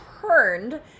turned